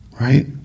Right